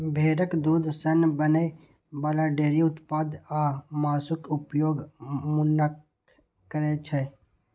भेड़क दूध सं बनै बला डेयरी उत्पाद आ मासुक उपभोग मनुक्ख करै छै